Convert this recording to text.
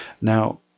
Now